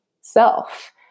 self